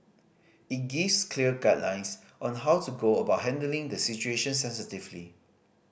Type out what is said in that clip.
it gives clear guidelines on how to go about handling the situation sensitively